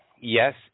Yes